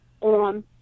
on